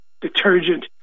detergent